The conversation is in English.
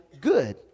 good